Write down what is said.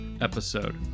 episode